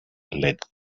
led